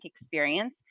experience